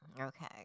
Okay